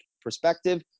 perspective